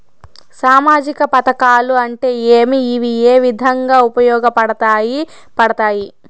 సామాజిక పథకాలు అంటే ఏమి? ఇవి ఏ విధంగా ఉపయోగపడతాయి పడతాయి?